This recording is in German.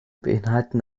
beinhalten